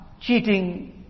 cheating